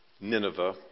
Nineveh